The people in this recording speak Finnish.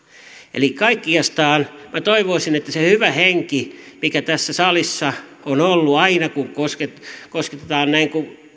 eli kaikkinensa minä toivoisin että siinä hyvässä hengessä mikä tässä salissa on ollut aina kun kosketetaan